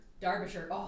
Derbyshire